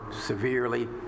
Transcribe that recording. severely